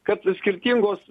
kad skirtingos